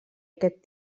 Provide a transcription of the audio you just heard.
aquest